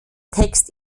text